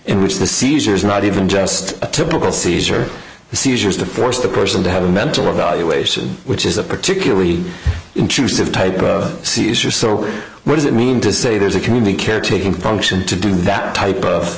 in which the seizures are not even just a typical seizure seizures to force the person to have a mental evaluation which is a particularly intrusive type of caesar so what does it mean to say there's a community caretaking function to do that type of